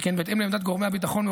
שכן בהתאם לעמדת גורמי הביטחון,